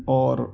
اور